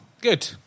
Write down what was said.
Good